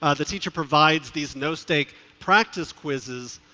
ah the teacher provides these no stake practices quizzes,